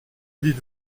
dites